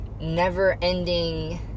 never-ending